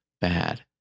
bad